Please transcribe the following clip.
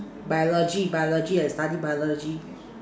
biology biology I study biology